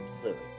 clearly